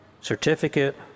certificate